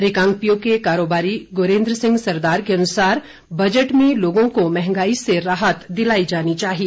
रिकांगपिओ के कारोबारी गुरेन्द्र सिंह सरदार के अनुसार बजट में लोगों को महंगाई से राहत दिलाई जानी चाहिए